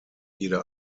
jede